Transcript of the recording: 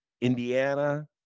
Indiana